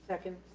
second.